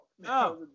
No